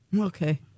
Okay